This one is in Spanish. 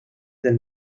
del